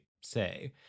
say